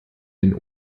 den